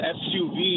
suv